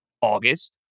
August